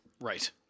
Right